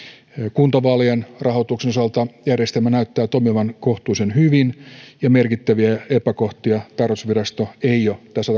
kuntavaalien rahoituksen osalta järjestelmä näyttää toimivan kohtuullisen hyvin merkittäviä epäkohtia tarkastusvirasto ei ole tässä